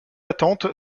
attente